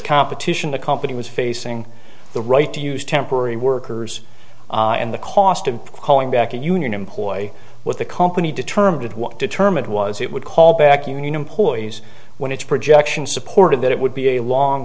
competition the company was facing the right to use temporary workers and the cost of calling back and union employ what the company determined what determined was it would call back union employees when its projections supported that it would be a long